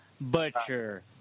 butcher